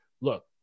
look